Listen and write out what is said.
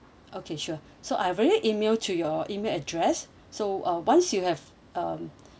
okay sure so I already email to your email address so uh once you have um